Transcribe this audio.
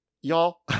Y'all